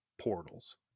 portals